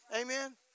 amen